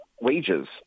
wages